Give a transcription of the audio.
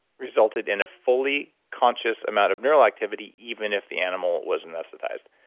resulted in a fully conscious amount of neural activity even if the animal was anesthetized.